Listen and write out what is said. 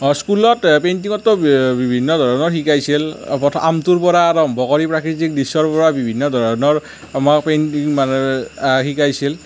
অঁ স্কুলত পেইণ্টিঙততো বিভিন্ন ধৰণৰ শিকাইছিল প্ৰথম আমটোৰ পৰা আৰম্ভ কৰি প্ৰাকৃতিক দৃশ্যৰ পৰা বিভিন্ন ধৰণৰ আমাক পেইণ্টিং মানে শিকাইছিল